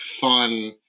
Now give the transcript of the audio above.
fun –